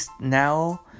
now